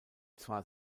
zwar